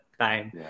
time